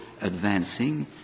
advancing